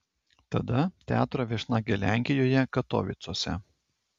tada teatro viešnagė lenkijoje katovicuose